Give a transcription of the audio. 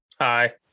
Hi